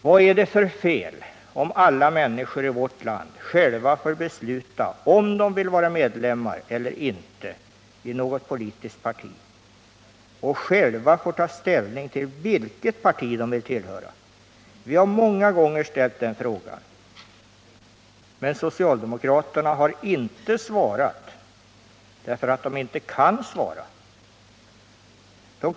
Vad är det för fel om alla människor i vårt land själva får besluta om de vill eller inte vill vara medlemmar i något politiskt parti och själva får ta ställning till vilket parti de vill tillhöra? Vi har många gånger ställt den frågan, men socialdemokraterna har inte svarat, därför att de inte kan svara.